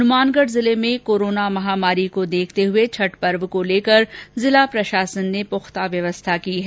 हनुमानगढ़ जिले में कोरोना महामारी को देखते हुए छठ पर्व को लेकर जिला प्रशासन ने पुख्ता व्यवस्था की है